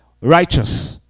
righteous